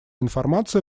информация